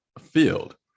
field